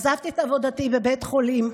עזבתי את עבודתי בבית החולים,